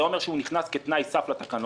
זה אומר שהוא נכנס כתנאי סף לתקנות,